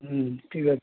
হুম ঠিক আছে